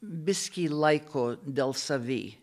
biskį laiko dėl savi